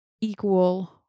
equal